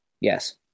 Yes